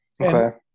Okay